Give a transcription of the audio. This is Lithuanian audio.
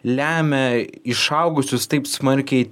lemia išaugusius taip smarkiai